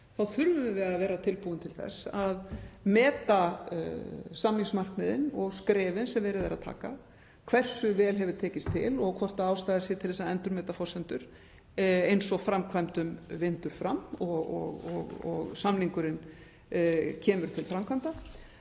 þurfum við að vera tilbúin til þess að meta samningsmarkmiðin og skrefin sem verið er að taka, hversu vel hefur tekist til og hvort ástæða sé til að endurmeta forsendur eins og framkvæmdum vindur fram og samningurinn kemur til framkvæmda.